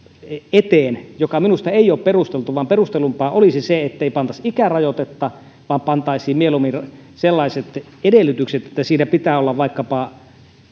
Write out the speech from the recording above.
eteen joka minusta ei ole perusteltu perustellumpaa olisi se ettei pantaisi ikärajoitetta vaan pantaisiin mieluummin sellaiset edellytykset että siinä pitää olla vaikkapa